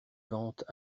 ventes